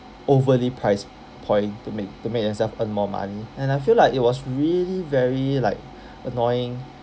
overly priced point to make to make themselves earn more money and I feel like it was really very like annoying